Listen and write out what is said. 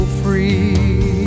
free